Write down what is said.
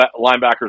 linebackers